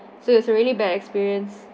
so it's really bad experience